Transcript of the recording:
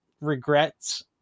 regrets